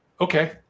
okay